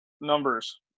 numbers